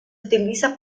utiliza